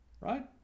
right